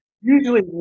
Usually